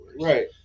Right